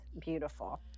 beautiful